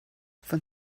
von